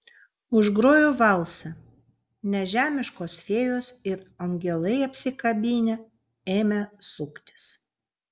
užgrojo valsą nežemiškos fėjos ir angelai apsikabinę ėmė suktis